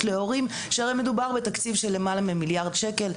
להורים שהרי מדובר בתקציב של למעלה ממיליארד שקל,